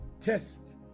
Test